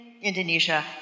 Indonesia